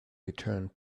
returned